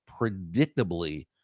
predictably